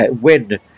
win